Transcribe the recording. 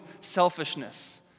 selfishness